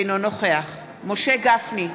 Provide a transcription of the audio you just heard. אינו נוכח משה גפני,